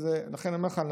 לכן אני אומר לך,